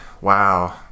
wow